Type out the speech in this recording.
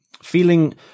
Feeling